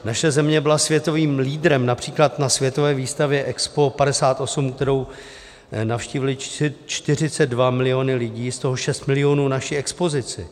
Naše země byla světovým lídrem například na Světové výstavě EXPO 58, kterou navštívily 42 miliony lidí, z tohoto 6 milionů naši expozici.